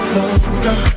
Longer